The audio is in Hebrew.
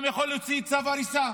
יכול גם להוציא צו הריסה.